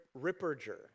Ripperger